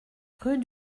rue